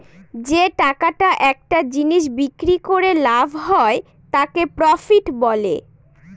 যে টাকাটা একটা জিনিস বিক্রি করে লাভ হয় তাকে প্রফিট বলে